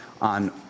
on